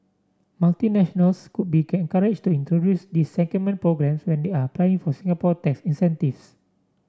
multinationals could be can courage to introduce these secondment programme when they are applying for Singapore tax incentives